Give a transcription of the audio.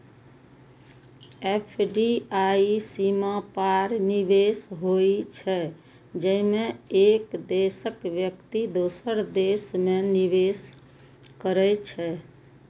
FDI सीमा पार निवेश होइ छै, जेमे एक देशक व्यक्ति दोसर देश मे निवेश करै छै